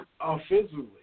offensively